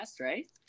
right